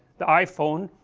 the iphone,